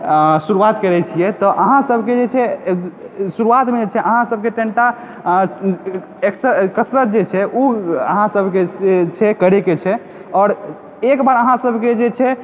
शुरुआत करैत छियै तऽ अहाँसभके जे छै एक दू शुरुआतमे जे छै अहाँसभके कनिटा कसरत जे छै ओ अहाँसभके जे छै करयके छै आओर एक बार अहाँसभके जे छै